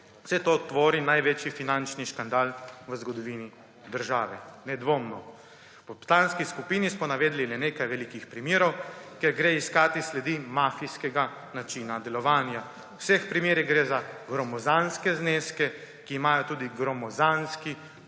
Vse to tvori največji finančni škandal v zgodovini države.« Nedvomno. V Poslanski skupini smo navedli le nekaj velikih primerov, kjer gre iskati sledi mafijskega načina delovanja. V vseh primerih gre za gromozanske zneske, ki imajo tudi gromozanski